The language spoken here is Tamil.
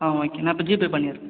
ஆ ஓகே நான் இப்போ ஜிபே பண்ணிடுறேன்